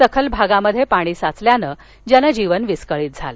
सखल भागात पाणी साघल्यानं जनजीवन विस्कळित झालं